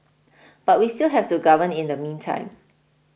but we still have to govern in the meantime